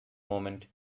moment